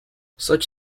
such